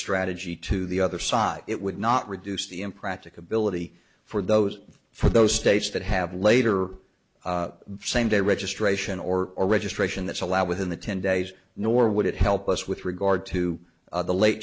strategy to the other side it would not reduce the impracticability for those for those states that have later same day registration or a registration that's allowed within the ten days nor would it help us with regard to the late